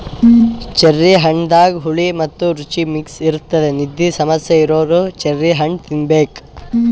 cherry ಹಣ್ಣದಾಗ್ ಹುಳಿ ಮತ್ತ್ ರುಚಿ ಮಿಕ್ಸ್ ಇರ್ತದ್ ನಿದ್ದಿ ಸಮಸ್ಯೆ ಇರೋರ್ ಚೆರ್ರಿ ಹಣ್ಣ್ ತಿನ್ನಬೇಕ್